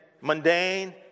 mundane